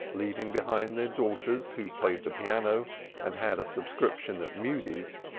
leaving behind their daughters who played the piano and had a subscription at mudie's,